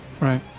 Right